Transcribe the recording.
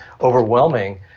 overwhelming